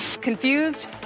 Confused